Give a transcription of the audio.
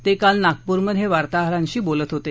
ते काल नागपूरमध्ये वार्ताहरांशी बोलत होते